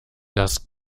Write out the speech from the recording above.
das